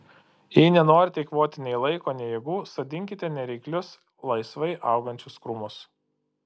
jei nenorite eikvoti nei laiko nei jėgų sodinkite nereiklius laisvai augančius krūmus